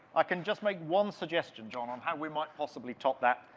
i can just make one suggestion, john, on how we might possibly top that.